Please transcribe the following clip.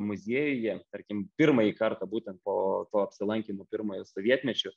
muziejuje tarkim pirmąjį kartą būtent po to apsilankymo pirmojo sovietmečiu